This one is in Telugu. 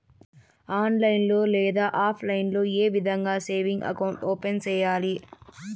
ఆన్లైన్ లో లేదా ఆప్లైన్ లో ఏ విధంగా సేవింగ్ అకౌంట్ ఓపెన్ సేయాలి